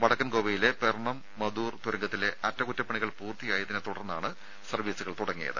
വടക്കൻ ഗോവയിലെ പെർണം മദൂർ തുരങ്കത്തിലെ അറ്റകുറ്റപ്പണികൾ പൂർത്തിയായതിനെ തുടർന്നാണ് സർവ്വീസുകൾ തുടങ്ങിയത്